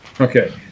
okay